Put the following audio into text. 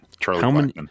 Charlie